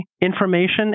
information